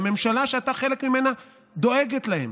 והממשלה שאתה חלק ממנה דואגת להם,